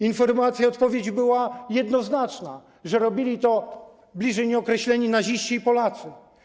Informacje i odpowiedzi były jednoznaczne: że robili to bliżej nieokreśleni naziści i Polacy.